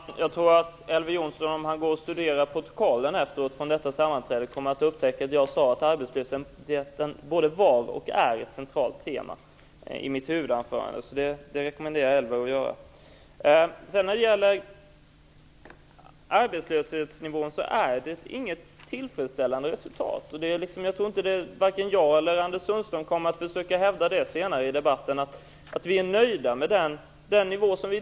Fru talman! Jag tror att om Elver Jonsson efteråt studerar protokollet från detta sammanträde kommer han att upptäcka att jag i mitt huvudanförande sade att arbetslösheten både var och är ett centralt tema. Det rekommenderar jag Elver Jonsson att göra. När det gäller arbetslöshetsnivån är resultatet inte tillfredsställande. Jag tror inte att jag eller Anders Sundström senare i debatten kommer att försöka hävda att vi är nöjda med dagens nivå.